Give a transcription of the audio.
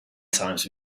times